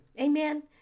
Amen